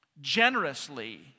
generously